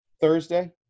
Thursday